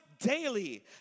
daily